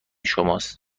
شماست